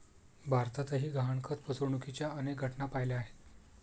भारतातही गहाणखत फसवणुकीच्या अनेक घटना पाहिल्या आहेत